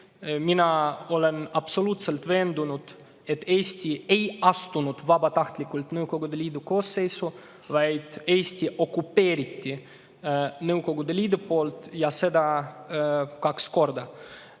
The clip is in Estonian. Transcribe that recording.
Mina olen absoluutselt veendunud, et Eesti ei astunud vabatahtlikult Nõukogude Liidu koosseisu, vaid Eesti okupeeriti, seda tegi Nõukogude Liit kaks korda.